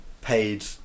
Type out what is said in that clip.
paid